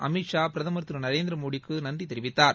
அமித் ஷா பிரதமர் திருநரேந்திர மோடிக்கு நன்றி தெரிவித்தார்